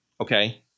okay